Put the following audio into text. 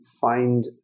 find